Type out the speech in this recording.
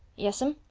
yes'm.